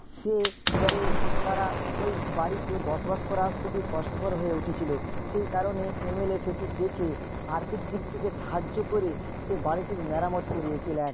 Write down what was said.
সে এবারে তারা ওই বাড়িতে বসবাস করা খুবই কষ্টকর হয়ে উঠেছিলো সেই কারণে এমএলএ সেটি দেখে আর্থিক দিক থেকে সাহায্য করে সে বাড়িটির মেরামত করিয়েছিলেন